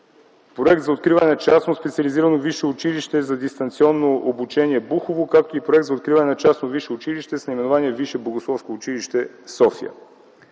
проект за откриване на частно специализирано висше училище за дистанционно обучение - Бухово, както и проект за откриване на частно висше училище с наименование Висше богословско училище – София.